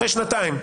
אחרי שנתיים.